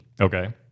Okay